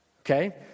Okay